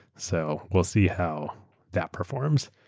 so we'll see how that performs.